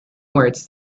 words